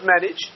manage